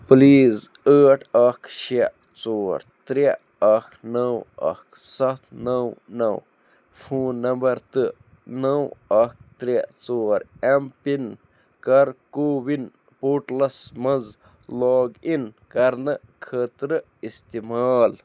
please ٲٹھ اَکھ شےٚ ژور ترٛےٚ اَکھ نَو اَکھ سَتھ نَو نَو فون نمبر تہٕ نَو اَکھ ترٛےٚ ژور ایٚم پِن کر کوٚو وِن پورٹلس مَنٛز لاگ اِن کرنہٕ خٲطرٕ استعمال